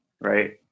right